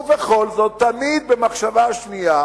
ובכל זאת תמיד במחשבה שנייה,